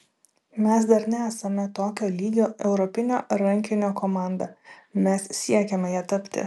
mes dar nesame tokio lygio europinio rankinio komanda mes siekiame ja tapti